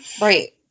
Right